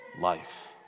life